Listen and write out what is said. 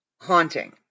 haunting